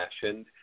fashioned